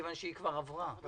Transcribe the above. מכיוון שהיא כבר עברה.